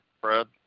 Fred